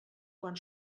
quan